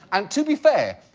and to be fair,